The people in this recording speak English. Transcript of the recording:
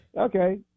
Okay